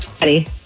Ready